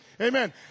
Amen